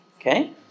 Okay